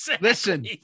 Listen